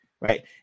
right